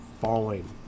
falling